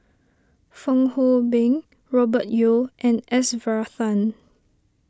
Fong Hoe Beng Robert Yeo and S Varathan